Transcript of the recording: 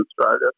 Australia